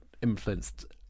influenced